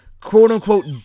quote-unquote